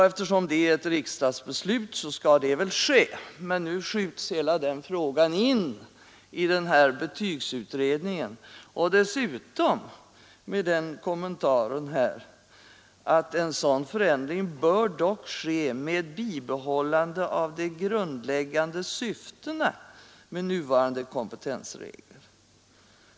Eftersom det är ett riksdagsbeslut skall det väl ske, men nu skjuts hela denna fråga in i betygsutredningen och dessutom med kommentaren att en ”sådan förändring bör dock ske med bibehållande av de grundläggande syftena med nuvarande kompetensregler”.